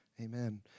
Amen